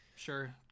sure